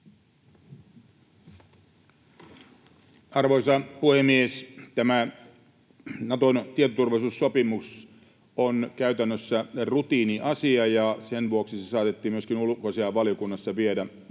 Arvoisa puhemies! Tämä Naton tietoturvallisuussopimus on käytännössä rutiiniasia, ja sen vuoksi se saatettiin myöskin ulkoasiainvaliokunnassa viedä